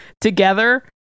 together